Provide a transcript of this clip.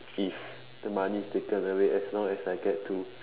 if the money is taken away as long as I get to